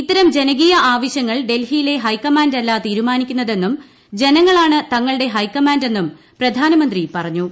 ഇത്തരം ജനകീയ ആവശ്യങ്ങൾ ഡൽഹിയിലെ ഹൈക്കമാൻഡല്ല തീരുമാനിക്കുന്നതെന്നും ജനങ്ങളാണ് തങ്ങളുടെ ഹൈക്കമാൻഡെന്നും പ്രധാനമന്ത്രി പറഞ്ഞു